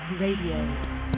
Radio